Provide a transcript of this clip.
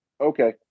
Okay